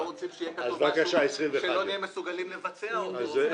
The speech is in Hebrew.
אנחנו לא רוצים שיהיה כתוב משהו שלא נהיה מסוגלים לבצע אותו.